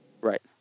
Right